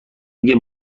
میگه